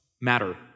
matter